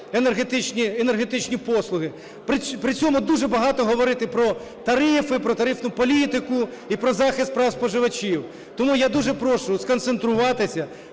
енергетичні послуги. При цьому дуже багато говорити про тарифи, про тарифну політику і про захист прав споживачів. Тому я дуже прошу сконцентруватися.